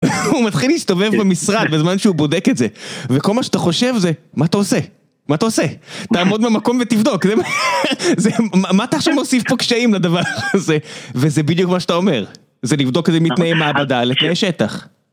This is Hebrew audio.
הוא מתחיל להשתובב במשרד, בזמן שהוא בודק את זה. וכל מה שאתה חושב זה, מה אתה עושה? מה אתה עושה? תעמוד במקום ותבדוק. מה אתה עכשיו מוסיף פה קשיים לדבר הזה? וזה בדיוק מה שאתה אומר. זה לבדוק את זה מתנאי מעבדה, לתנאי שטח.